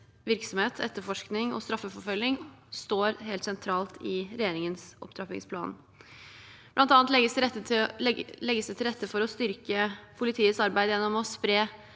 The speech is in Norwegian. virksomhet, etterforskning og straffeforfølging står helt sentralt i regjeringens opptrappingsplan. Blant annet legges det til rette for å styrke politiets arbeid gjennom å spre